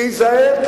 להיזהר,